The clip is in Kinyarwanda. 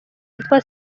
yitwa